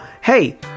hey